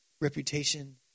reputation